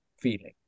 feeling